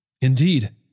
Indeed